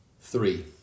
Three